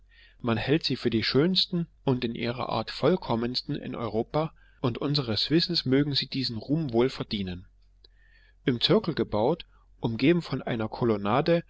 man hält sie für die schönsten und in ihrer art vollkommensten in europa und unseres wissens mögen sie diesen ruhm wohl verdienen im zirkel gebaut umgeben von einer kolonnade